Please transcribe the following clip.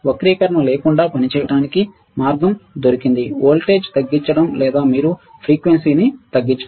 వక్రీకరణ లేకుండా పనిచేయడానికి మార్గం దొరికింది వోల్టేజ్ను తగ్గించడం లేదా మీరు ఫ్రీక్వెన్సీని తగ్గించడం